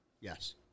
Yes